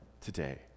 today